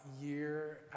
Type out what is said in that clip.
year